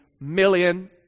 million